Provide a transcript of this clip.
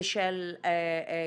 גם של הכנסת,